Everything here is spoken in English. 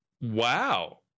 Wow